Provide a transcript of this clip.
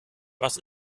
was